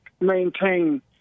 maintain